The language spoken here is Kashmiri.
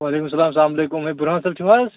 وعلیکُم سلام سلام علیکُم ہے بُرہان صٲب چھِو حظ